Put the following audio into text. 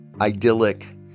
idyllic